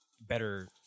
better